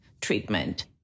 treatment